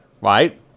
right